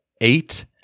eight